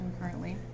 currently